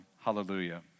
hallelujah